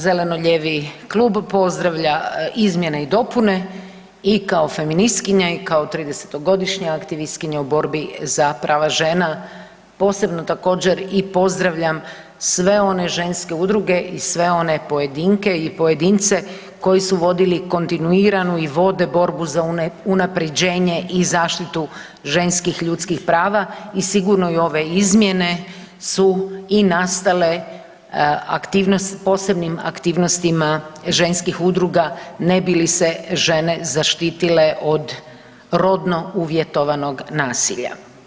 Zeleno-lijevi klub pozdravlja izmjene i dopune i kao feministkinja i kao 30-godišnja aktivistkinja u borbi za prava žena posebno također i pozdravljam sve one ženske udruge i sve one pojedinke i pojedince koji su vodili kontinuiranu i vode borbu za unapređenje i zaštitu ženskih ljudskih prava i sigurno i ove izmjene su i nastale posebnim aktivnostima ženskih udruga ne bi li se žene zaštitile od rodno uvjetovanog nasilja.